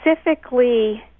specifically